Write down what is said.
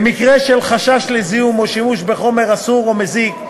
במקרה של חשש לזיהום או לשימוש בחומר אסור או מזיק,